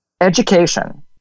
education